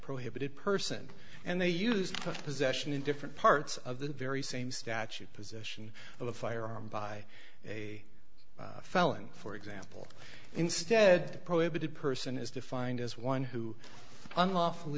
prohibited person and they used possession in different parts of the very same statute position of a firearm by a felon for example instead prohibited person is defined as one who unlawful